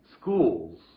Schools